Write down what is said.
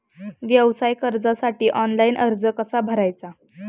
व्यवसाय कर्जासाठी ऑनलाइन अर्ज कसा भरायचा?